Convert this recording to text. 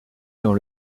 dans